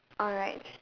alright